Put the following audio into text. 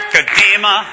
Kadima